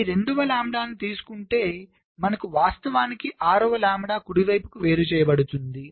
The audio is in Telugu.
కాబట్టి ఈ 2 వ లాంబ్డాను తీసుకుంటే మనకు వాస్తవానికి 6 వ లాంబ్డా కుడివైపు వేరుచేయబడుతుంది